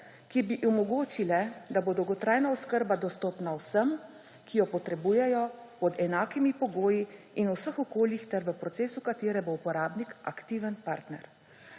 ki bi omogočile, da bo dolgotrajna oskrba dostopna vsem, ki jo potrebujejo pod enakimi pogoji in v vseh okoljih ter v procesu v katerem bo uporabnik aktiven partner.